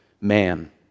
man